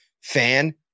fan